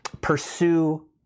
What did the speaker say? pursue